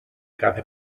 κάθε